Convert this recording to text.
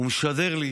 הוא משדר לי